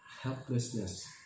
helplessness